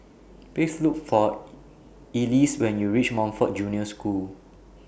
Please Look For Elease when YOU REACH Montfort Junior School